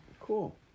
Cool